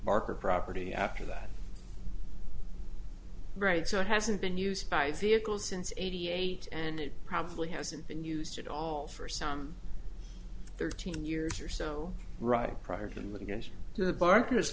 barker property after that right so it hasn't been used by vehicles since eighty eight and it probably hasn't been used at all for some thirteen years or so right prior to the litigation the barkers